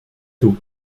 tôt